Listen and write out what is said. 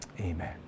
Amen